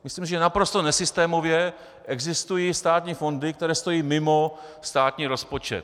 Myslím, že naprosto nesystémově existují státní fondy, které stojí mimo státní rozpočet.